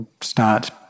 start